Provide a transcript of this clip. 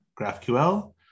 GraphQL